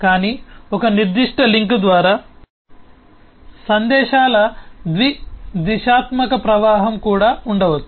కానీ ఒక నిర్దిష్ట లింక్ ద్వారా సందేశాల ద్వి దిశాత్మక ప్రవాహం కూడా ఉండవచ్చు